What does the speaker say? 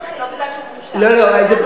בגלל שהוא מזרחי, זו בושה, לא, לא.